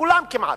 כולם כמעט,